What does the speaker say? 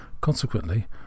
Consequently